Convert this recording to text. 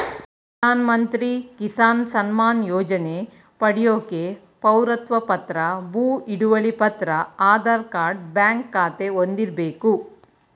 ಪ್ರಧಾನಮಂತ್ರಿ ಕಿಸಾನ್ ಸಮ್ಮಾನ್ ಯೋಜನೆ ಪಡ್ಯೋಕೆ ಪೌರತ್ವ ಪತ್ರ ಭೂ ಹಿಡುವಳಿ ಪತ್ರ ಆಧಾರ್ ಕಾರ್ಡ್ ಬ್ಯಾಂಕ್ ಖಾತೆ ಹೊಂದಿರ್ಬೇಕು